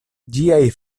ĝiaj